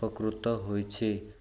ଉପକୃତ ହୋଇଛି